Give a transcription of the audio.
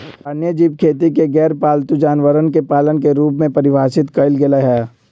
वन्यजीव खेती के गैरपालतू जानवरवन के पालन के रूप में परिभाषित कइल गैले है